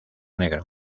negro